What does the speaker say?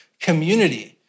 community